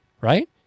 Right